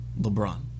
LeBron